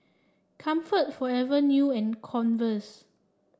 Comfort Forever New and Converse